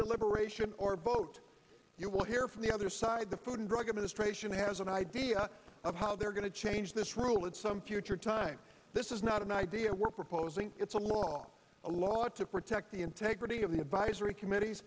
deliberation or boat you will hear from the other side the food and drug administration has an idea of how they're going to change this rule at some future time this is not an idea we're proposing it's a law a lot to protect the integrity of the advisory committee